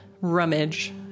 rummage